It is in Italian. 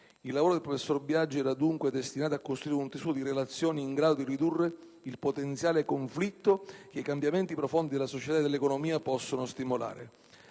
Il lavoro del professor Biagi era dunque destinato a costruire un tessuto di relazioni in grado di ridurre il potenziale conflitto che i cambiamenti profondi della società e dell'economia possono stimolare.